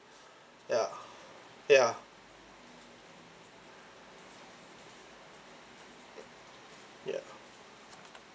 ya ya ya